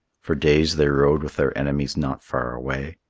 for days they rode with their enemies not far away.